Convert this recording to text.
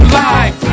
life